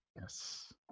Yes